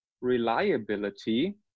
reliability